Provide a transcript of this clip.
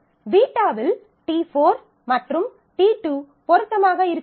β இல் t4 மற்றும் t2 பொருத்தமாக இருக்குமா